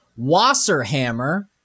Wasserhammer